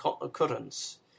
occurrence